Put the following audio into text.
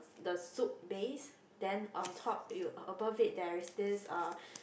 the soup base then on top you a above it there is this